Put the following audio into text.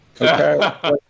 Okay